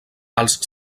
els